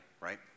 right